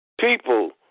people